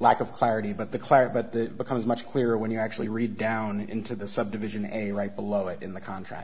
lack of clarity but the clear but that becomes much clearer when you actually read down into the subdivision a right below it in the contract